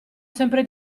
sempre